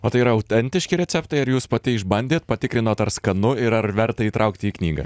o tai yra autentiški receptai ar jūs pati išbandėt patikrinot ar skanu ir ar verta įtraukti į knygą